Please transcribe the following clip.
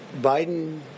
biden